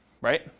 right